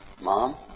mom